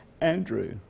Andrew